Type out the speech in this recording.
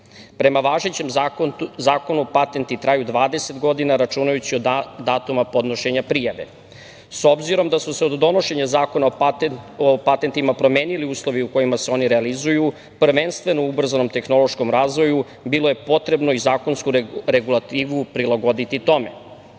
važećem Zakonu patenti traju 20 godina računajući od datuma podnošenja prijave. S obzirom da su se od donošenja Zakona o patentima promenili uslovi u kojima se oni realizuju prvenstveno ubrzanom tehnološkom razvoju bilo je potrebno i zakonsku regulativu prilagoditi tome. Tako,